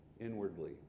inwardly